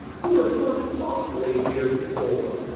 who would have thought it possible eight years before?